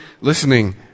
listening